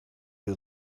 you